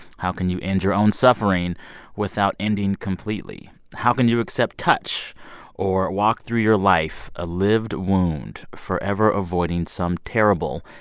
how can you end your own suffering without ending completely? how can you accept touch or walk through your life a lived wound, forever avoiding some terrible,